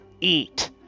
eat